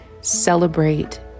celebrate